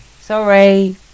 Sorry